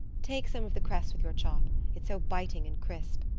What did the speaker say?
take some of the cress with your chop it's so biting and crisp.